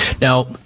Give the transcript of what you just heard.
Now